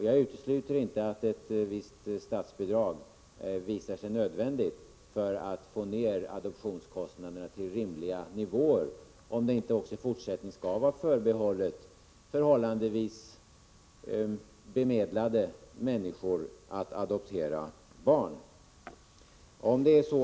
Jag utesluter inte att ett visst statsbidrag visar sig nödvändigt för att få ned adoptionskostnaderna till rimliga nivåer — om det inte också i fortsättningen skall vara förbehållet förhållandevis bemedlade människor att adoptera barn.